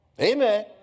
Amen